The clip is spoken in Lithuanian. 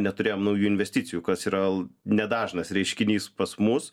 neturėjom naujų investicijų kas yra nedažnas reiškinys pas mus